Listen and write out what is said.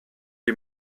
die